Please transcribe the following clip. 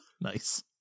Nice